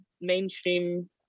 mainstream